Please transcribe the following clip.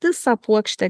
visą puokštę